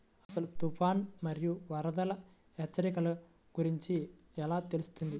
అసలు తుఫాను మరియు వరదల హెచ్చరికల గురించి ఎలా తెలుస్తుంది?